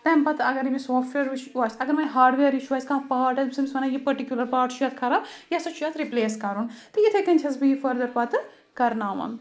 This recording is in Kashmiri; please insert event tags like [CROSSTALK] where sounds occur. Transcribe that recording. تَمہِ پَتہٕ اَگر أمِس [UNINTELLIGIBLE] اِشوٗ آسہِ اَگر وۄنۍ ہاڈ وِیَر اِشٗو آسہِ کانٛہہ پاٹ آسہِ بہٕ چھَس أمِس وَنان یہِ پٔٹِکیوٗلَر پاٹ چھُ یَتھ خَراب یا سُہ چھُ اَتھ رِپلیس کَرُن تہٕ یِتھَے کَنۍ چھَس بہٕ یہِ فٔردَر پَتہٕ کَرناوان